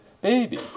baby